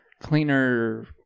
cleaner